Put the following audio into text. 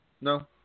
No